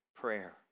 prayer